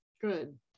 Good